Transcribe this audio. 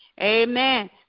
Amen